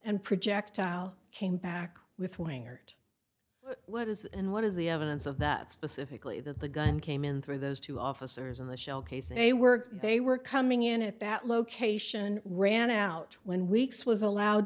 and projectile came back with winger what is and what is the evidence of that specifically that the gun came in through those two officers in the shell casing they were they were coming in at that location ran out when weeks was allowed